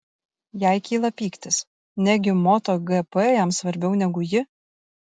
jai kyla pyktis negi moto gp jam svarbiau negu ji